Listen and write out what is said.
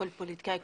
כל פוליטיקאי,